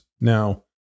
Now